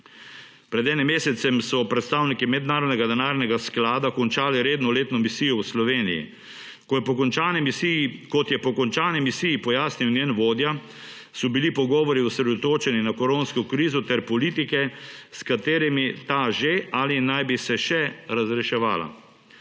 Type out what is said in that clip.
Pred enim mesecem so predstavniki Mednarodnega denarnega sklada končali redno letno misijo v Sloveniji. Kot je po končani misiji pojasnil njen vodja, so bili pogovori osredotočeni na koronsko krizo ter politike, s katerimi se ta že razrešuje ali naj bi se še razreševala.